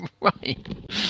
Right